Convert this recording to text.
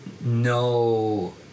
no